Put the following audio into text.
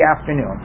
afternoon